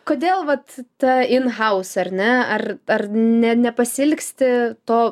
kodėl vat ta in haus ar ne ar ar ne nepasiilgsti to